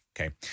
Okay